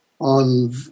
on